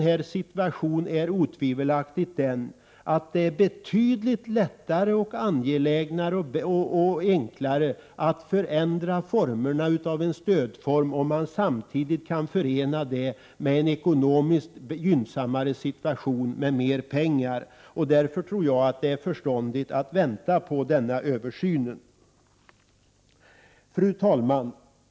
En sanning är otvivelaktigt den att det är betydligt lättare, angelägnare och enklare att förändra formerna för ett stöd om man kan förena det med en ekonomiskt mer gynnsam situation, alltså med mer pengar. Därför tror jag att det är förståndigt att avvakta översynen. Fru talman!